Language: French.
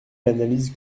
l’analyse